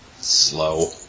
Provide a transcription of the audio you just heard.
slow